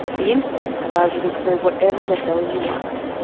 the internet allows you to prove whatever the hell you like.